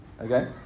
okay